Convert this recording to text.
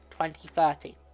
2030